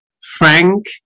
Frank